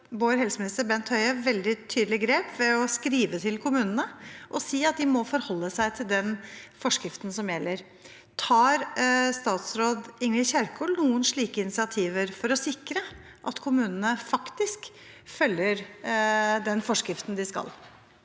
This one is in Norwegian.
vår helseminister, Bent Høie, veldig tydelige grep ved å skrive til kommunene og si at de må forholde seg til den forskriften som gjelder. Tar statsråd Ingvild Kjerkol noen slike initiativer for å sikre at kommunene faktisk følger den forskriften de skal?